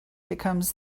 becomes